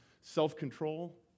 self-control